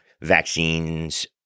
vaccines